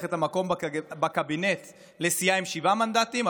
את המקום בקבינט לסיעה עם שבעה מנדטים,